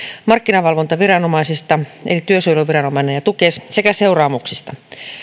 markkinavalvontaviranomaisista eli työsuojeluviranomainen ja tukes sekä seuraamuksista